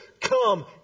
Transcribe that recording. come